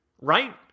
right